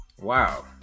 Wow